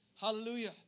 Hallelujah